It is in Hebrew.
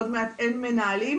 עוד מעט אין מנהלים,